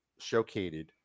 showcased